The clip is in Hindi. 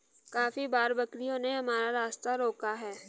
काफी बार बकरियों ने हमारा रास्ता रोका है